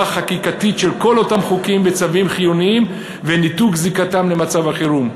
חקיקתית של כל אותם חוקים וצווים חיוניים וניתוק זיקתם למצב חירום.